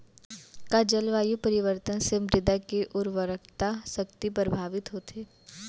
का जलवायु परिवर्तन से मृदा के उर्वरकता शक्ति प्रभावित होथे?